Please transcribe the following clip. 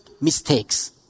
mistakes